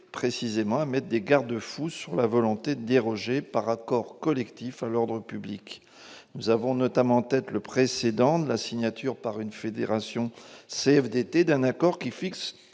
visait à instaurer des garde-fous sur la volonté de déroger, par accord collectif, à l'ordre public. Nous avons notamment à l'esprit le précédent de la signature par une fédération CFDT d'un accord fixant